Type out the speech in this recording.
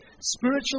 Spiritual